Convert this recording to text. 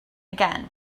again